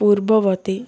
ପୂର୍ବବର୍ତ୍ତୀ